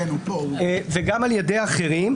וגם על ידי אחרים,